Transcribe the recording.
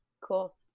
cool